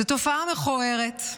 זו תופעה מכוערת,